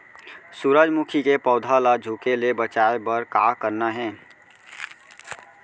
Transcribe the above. सूरजमुखी के पौधा ला झुके ले बचाए बर का करना हे?